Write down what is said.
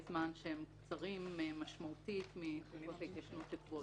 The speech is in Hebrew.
זמן שהם קצרים משמעותית מתקופות ההתיישנות שקבועות בחוק.